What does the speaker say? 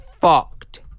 fucked